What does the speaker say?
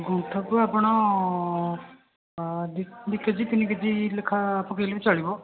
ଗୁଣ୍ଠକୁ ଆପଣ ଦୁଇ K G ତିନି କେ ଜି ଲେଖାଏଁ ପକାଇଲେ ବି ଚଳିବ